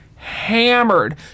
hammered